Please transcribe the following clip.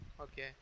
Okay